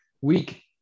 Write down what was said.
week